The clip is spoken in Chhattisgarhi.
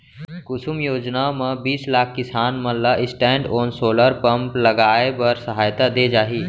कुसुम योजना म बीस लाख किसान मन ल स्टैंडओन सोलर पंप लगाए बर सहायता दे जाही